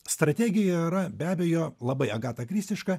strategija yra be abejo labai agatakristiška